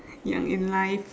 young in life